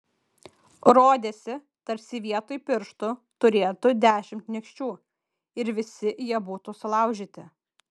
rodėsi tarsi vietoj pirštų turėtų dešimt nykščių ir visi jie būtų sulaužyti